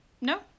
no